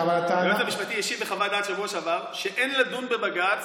היועץ המשפטי השיב בחוות דעת בשבוע שעבר שאין לדון בבג"ץ,